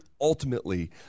ultimately